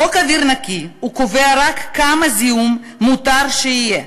חוק אוויר נקי קובע לא רק כמה זיהום מותר שיהיה,